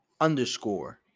underscore